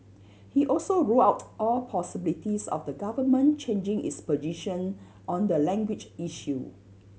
he also ruled out all possibilities of the Government changing its position on the language issue